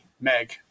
meg